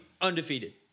undefeated